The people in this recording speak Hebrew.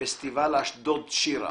פסטיבל אשדוד שירה